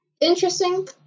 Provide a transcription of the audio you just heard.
interesting